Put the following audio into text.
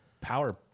power